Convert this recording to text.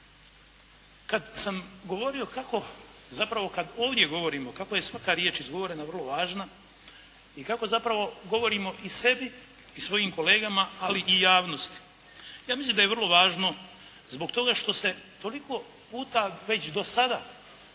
Kada sam govorio kako, zapravo kada ovdje govorimo kako je svaka riječ izgovorena vrlo važna i kako zapravo govorimo i sebi i svojim kolegama, ali i javnosti. Ja mislim da je vrlo važno zbog toga što se toliko puta već do sada